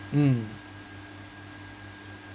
mm